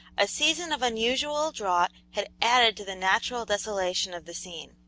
a season of unusual drought had added to the natural desolation of the scene.